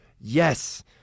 Yes